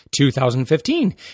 2015